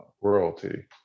royalty